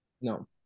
no